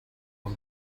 los